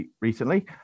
recently